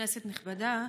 כנסת נכבדה,